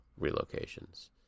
relocations